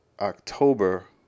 October